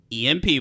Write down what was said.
EMP